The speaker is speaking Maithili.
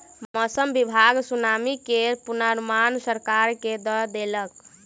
मौसम विभाग सुनामी के पूर्वानुमान सरकार के दय देलक